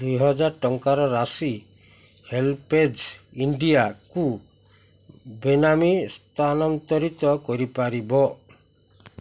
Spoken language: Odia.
ଦୁଇହଜାର ଟଙ୍କାର ରାଶି ହେଲ୍ପେଜ୍ ଇଣ୍ଡିଆକୁ ବେନାମୀ ସ୍ଥାନାନ୍ତରିତ କରିପାରିବ